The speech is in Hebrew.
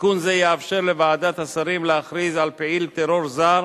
תיקון זה יאפשר לוועדת השרים להכריז על פעיל טרור זר